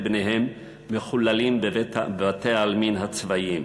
בניהן מחוללים בבתי-העלמין הצבאיים.